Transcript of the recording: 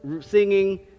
singing